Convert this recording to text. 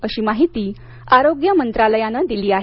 अशी माहिती आरोग्य मंत्रालयानं दिली आहे